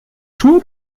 schuhe